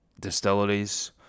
distilleries